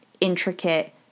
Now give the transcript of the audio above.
intricate